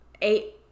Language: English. eight